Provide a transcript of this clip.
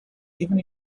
even